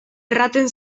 erraten